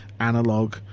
analog